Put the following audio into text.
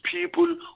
people